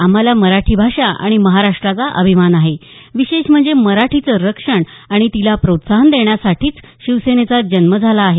आम्हाला मराठी भाषा आणि महाराष्ट्राचा अभिमान आहे विशेष म्हणजे मराठीचं रक्षण आणि तिला प्रोत्साहन देण्यासाठीचं शिवसेनेचा जन्म झाला आहे